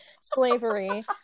slavery